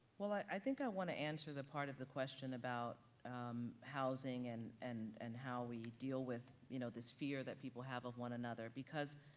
well, i think i want to answer the part of the question about um housing and and and how we deal with, with, you know, this fear that people have of one another because,